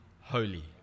holy